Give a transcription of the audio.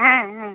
হ্যাঁ হ্যাঁ